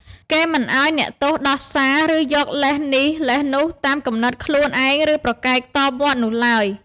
គេមិនឱ្យអ្នកទោសដោះសារ ឬយកលេសនេះលេសនោះតាមគំនិតខ្លួនឯង ឬប្រកែកតមាត់នោះឡើយ។